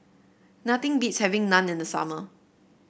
nothing beats having Naan in the summer